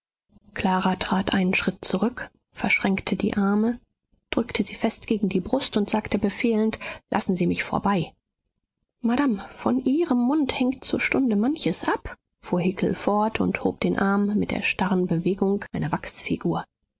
clara trat einen schritt zurück verschränkte die arme drückte sie fest gegen die brust und sagte befehlend lassen sie mich vorbei madame von ihrem mund hängt zur stunde manches ab fuhr hickel fort und hob den arm mit der starren bewegung einer